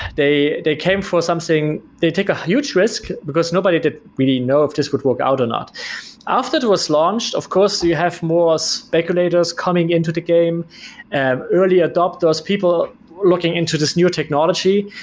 they they came for something they take a huge risk, because nobody did really know if this would work out or not after it was launched, of course you have more speculators coming into the game and early adopters, people looking into this new technology.